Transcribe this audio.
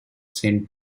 sent